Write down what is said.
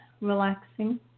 relaxing